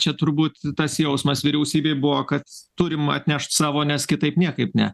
čia turbūt tas jausmas vyriausybėj buvo kad turim atnešt savo nes kitaip niekaip ne